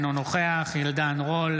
אינו נוכח עידן רול,